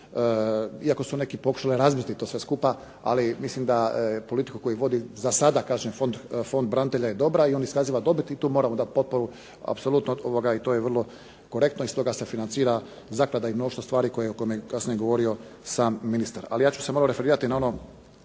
iako su neki pokušali razbiti to sve skupa. Ali mislim da politiku koju vodi za sada kažem Fond branitelja je dobra i on iskaziva dobit i tu moramo dati potporu apsolutno i to je vrlo korektno i iz toga se financira zaklada i mnoštvo stvari o kojima je govorio sam ministar. Ali ja ću se malo referirati na ono